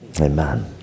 amen